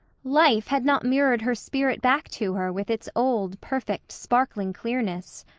life had not mirrored her spirit back to her with its old, perfect, sparkling clearness.